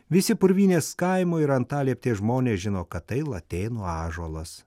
visi purvynės kaimo ir antalieptės žmonės žino kad tai latėnų ąžuolas